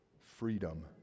freedom